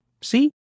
See